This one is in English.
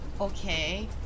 Okay